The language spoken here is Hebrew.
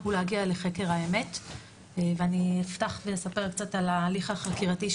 הוא להגיע לחקר האמת ואני אפתח ואספר קצת על ההליך החקירתי,